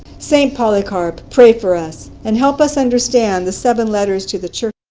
st. polycarp pray for us and help us understand the seven letters to the churches!